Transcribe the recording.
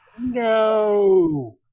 No